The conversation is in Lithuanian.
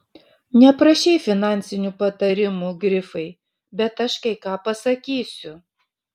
neprašei finansinių patarimų grifai bet aš kai ką pasakysiu